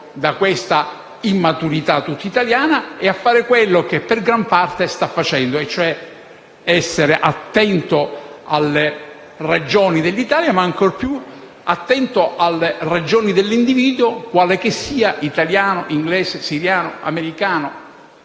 da questa immaturità tutta italiana e a fare quello che per gran parte sta facendo, e cioè essere attento alle ragioni dell'Italia, ma ancor più alle ragioni dell'individuo quale che sia (italiano, inglese, siriano, americano)